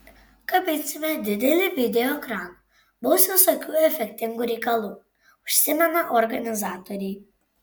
kabinsime didelį video ekraną bus visokių efektingų reikalų užsimena organizatoriai